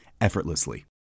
effortlessly